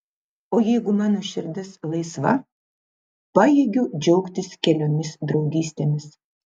o jeigu mano širdis laisva pajėgiu džiaugtis keliomis draugystėmis